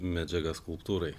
medžiaga skulptūrai